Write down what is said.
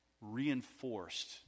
reinforced